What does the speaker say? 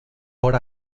por